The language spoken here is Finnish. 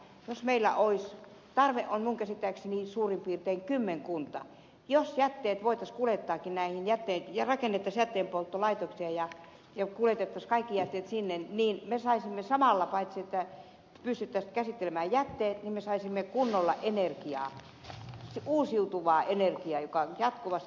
jos meillä olisi enemmän tarve on minun käsittääkseni suurin piirtein kymmenkunta ja jätteet voitaisiin kuljettaakin näihin rakennettaisiin jätteenpolttolaitoksia ja kuljetettaisiin kaikki jätteet sinne niin me saisimme samalla paitsi että pystyttäisiin käsittelemään jätteet me saisimme kunnolla energiaa uusiutuvaa energiaa koska jatkuvasti tulee jätteitä